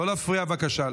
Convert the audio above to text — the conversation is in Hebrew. לא להפריע, בבקשה.